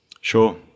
Sure